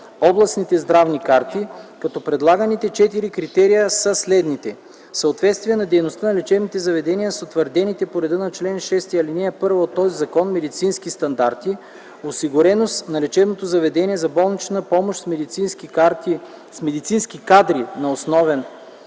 областните здравни карти, като предлаганите четири критерия са: съответствие на дейността на лечебното заведение с утвърдените по реда на чл. 6, ал. 1 от този закон медицински стандарти; осигуреност на лечебното заведение за болнична помощ с медицински кадри на основен трудов